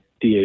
DH